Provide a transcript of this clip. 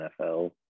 NFL